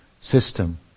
system